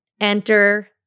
enter